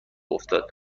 افتاده